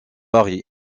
paris